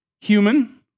human